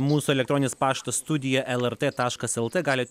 mūsų elektroninis paštas studija lrt taškas lt galit